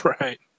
Right